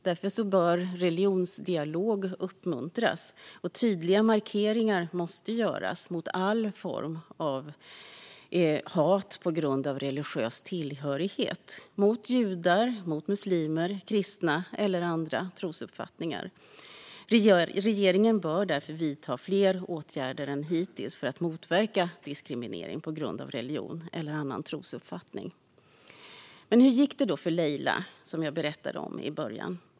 Därför bör religionsdialog uppmuntras och tydliga markeringar göras mot alla former av hat på grund av religiös tillhörighet mot judar, muslimer, kristna eller människor med andra trosuppfattningar. Regeringen bör därför vidta fler åtgärder än hittills för att motverka diskriminering på grund av religion eller annan trosuppfattning. Hur gick det då för Leila, som jag berättade om i början?